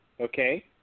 Okay